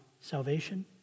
salvation